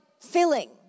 filling